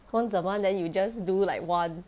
once a month then you just do like one